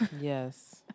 Yes